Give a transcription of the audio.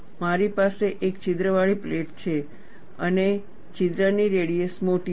મારી પાસે એક છિદ્રવાળી પ્લેટ છે અને છિદ્રની રેડિયસ મોટી છે